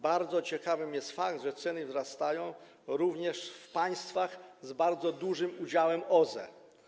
Bardzo ciekawy jest fakt, że ceny wzrastają również w państwach z bardzo dużym udziałem OZE.